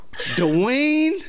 Dwayne